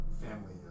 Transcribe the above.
family